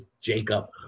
Jacob